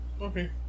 Okay